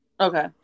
Okay